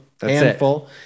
handful